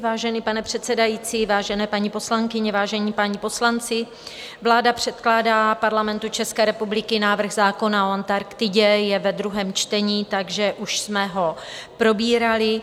Vážený pane předsedající, vážené paní poslankyně, vážení páni poslanci, vláda předkládá Parlamentu České republiky návrh zákona o Antarktidě, je ve druhém čtení, takže už jsme ho probírali.